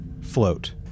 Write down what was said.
float